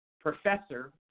professor